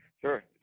Sure